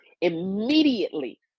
Immediately